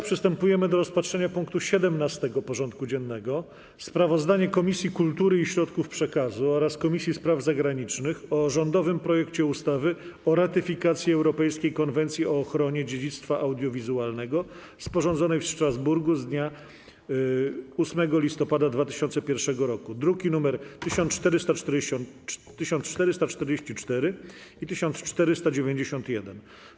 Przystępujemy do rozpatrzenia punktu 17. porządku dziennego: Sprawozdanie Komisji Kultury i Środków Przekazu oraz Komisji Spraw Zagranicznych o rządowym projekcie ustawy o ratyfikacji Europejskiej Konwencji o ochronie dziedzictwa audiowizualnego, sporządzonej w Strasburgu dnia 8 listopada 2001 r. (druki nr 1444 i 1491)